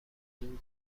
بگو